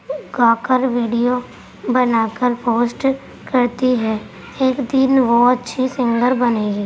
گا کر ویڈیو بنا کر پوسٹ کرتی ہے ایک دن وہ اچھی سنگر بنے گی